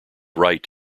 right